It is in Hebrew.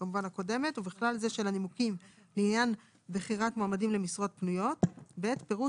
ובכלל זה של הנימוקים לעניין בחירת מועמדים למשרות פנויות; פירוט